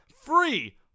free